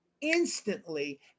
instantly